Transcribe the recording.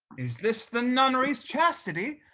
is this the nunnery's chastity?